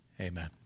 Amen